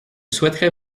souhaiterais